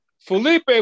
Felipe